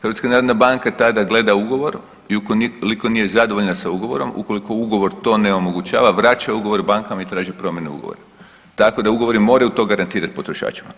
HNB tada gleda ugovor i ukoliko nije zadovoljna s ugovorom, ukoliko ugovor to ne omogućava vraća ugovor bankama i traži promjenu ugovora, tako da ugovori moraju to garantirati potrošačima.